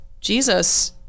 Jesus